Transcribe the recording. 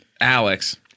Alex